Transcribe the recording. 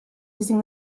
using